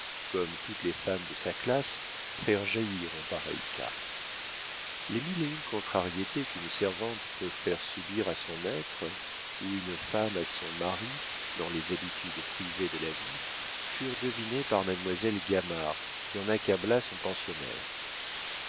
comme toutes les femmes de sa classe faire jaillir en pareil cas les mille et une contrariétés qu'une servante peut faire subir à son maître ou une femme à son mari dans les habitudes privées de la vie furent devinées par mademoiselle gamard qui en accabla son pensionnaire